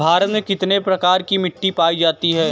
भारत में कितने प्रकार की मिट्टी पाई जाती है?